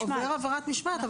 -- הוא עובר עבירת משמעת,